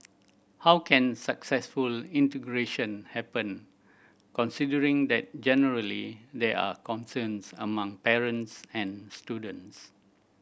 how can successful integration happen considering that generally there are concerns among parents and students